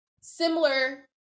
similar